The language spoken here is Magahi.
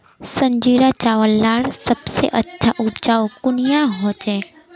संजीरा चावल लार सबसे अच्छा उपजाऊ कुनियाँ होचए?